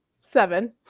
seven